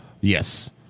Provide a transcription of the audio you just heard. Yes